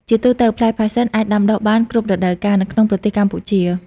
ជាទូទៅ ផ្លែផាសសិនអាចដាំដុះបាន គ្រប់រដូវកាល នៅក្នុងប្រទេសកម្ពុជា។